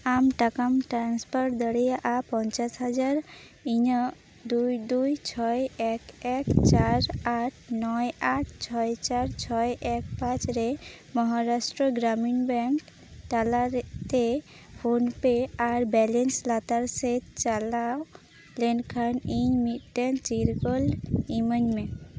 ᱟᱢ ᱴᱟᱠᱟᱢ ᱴᱨᱟᱱᱥᱯᱟᱨ ᱫᱟᱲᱮᱭᱟᱜᱼᱟ ᱯᱚᱧᱪᱟᱥ ᱦᱟᱡᱟᱨ ᱤᱧᱟᱹᱜ ᱫᱩᱭ ᱫᱩᱭ ᱪᱷᱚᱭ ᱮᱠ ᱮᱠ ᱪᱟᱨ ᱟᱴ ᱱᱚᱭ ᱟᱴ ᱪᱷᱚᱭ ᱪᱟᱨ ᱪᱷᱚᱭ ᱮᱠ ᱯᱟᱸᱪ ᱨᱮ ᱢᱚᱦᱟᱨᱟᱥᱴᱨᱚ ᱜᱨᱟᱢᱤᱱ ᱵᱮᱝᱠ ᱛᱟᱞᱟᱨᱮ ᱛᱮ ᱯᱷᱳᱱ ᱯᱮᱹ ᱟᱨ ᱵᱮᱞᱮᱱᱥ ᱞᱟᱛᱟᱨ ᱥᱮᱫ ᱪᱟᱞᱟᱣ ᱞᱮᱱᱠᱷᱟᱱ ᱤᱧ ᱢᱤᱫᱴᱮᱱ ᱪᱤᱨᱜᱟᱹᱞ ᱤᱢᱟᱹᱧ ᱢᱮ